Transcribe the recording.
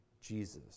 Jesus